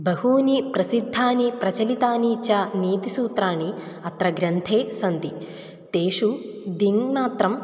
बहूनि प्रसिद्धानि प्रचलितानि च नीतिसूत्राणि अत्र ग्रन्थे सन्ति तेषु दिङ्मात्रम्